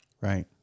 Right